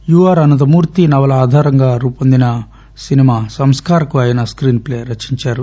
you're Ananthamurthy నవల ఆధారంగా రూపొందించిన సినిమా సంస్కార్ కు ఆయన స్కీస్ ప్లే రచించారు